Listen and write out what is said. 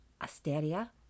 Asteria